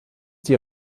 die